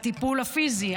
הטיפול הפיזי,